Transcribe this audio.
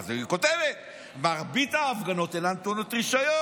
אחרי זה היא כותבת: מרבית ההפגנות אינן טעונות רישיון.